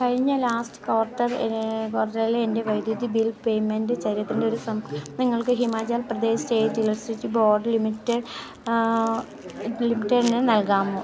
കഴിഞ്ഞ last quarter ക്വാർട്ടറിലെ എൻ്റെ വൈദ്യുതി ബിൽ പേയ്മെൻ്റ് ചരിത്രത്തിൻറ്റെ ഒരു സം നിങ്ങൾക്ക് Himachal Pradesh state electricity board limited ലിമിറ്റഡിന് നൽകാമോ